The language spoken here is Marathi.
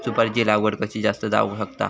सुपारीची लागवड कशी जास्त जावक शकता?